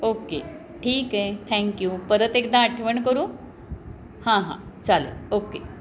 okay ठीक आहे thank you परत एकदा आठवण करू हां हां चालेल ओके